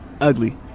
Ugly